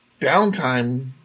downtime